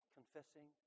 Confessing